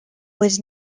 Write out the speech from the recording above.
was